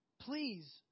Please